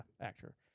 actor